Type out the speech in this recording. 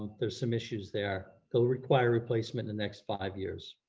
there's some issues there that'll require replacement the next five years.